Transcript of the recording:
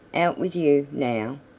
out with you, now!